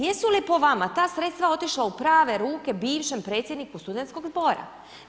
Jesu li po vama ta sredstva otišla u prave ruke bivšem predsjedniku studentskog zbora.